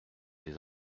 des